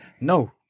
No